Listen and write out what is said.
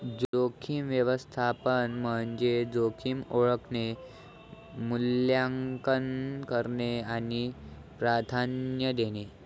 जोखीम व्यवस्थापन म्हणजे जोखीम ओळखणे, मूल्यांकन करणे आणि प्राधान्य देणे